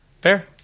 Fair